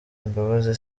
imbabazi